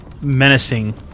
menacing